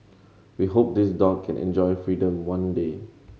we hope this dog can enjoy freedom one day